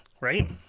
Right